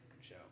show